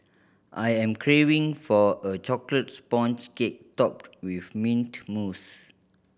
I am craving for a chocolate sponge cake topped with mint mousse